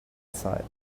sight